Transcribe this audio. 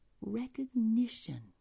recognition